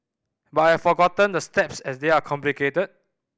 but I have forgotten the steps as they are complicated